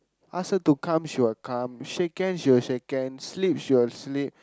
ask her to come she will come shake hand she will shake hand sleep she will sleep